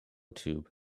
tube